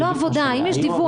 לא עבודה, האם יש דיוווח?